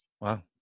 Wow